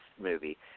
movie